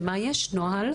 מה זה הנוהל?